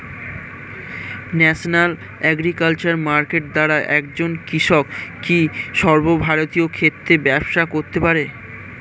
National agriculture market দ্বারা একজন কৃষক কি সর্বভারতীয় ক্ষেত্রে ব্যবসা করতে পারে?